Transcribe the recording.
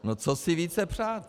No co si více přát?